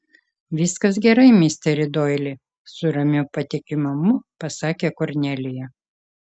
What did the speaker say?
viskas gerai misteri doili su ramiu patikimumu pasakė kornelija